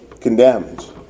condemned